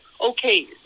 Okay